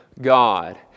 God